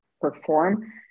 perform